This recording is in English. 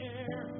air